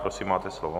Prosím, máte slovo.